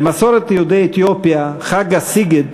במסורת יהודי אתיופיה חג הסיגד,